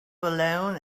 alone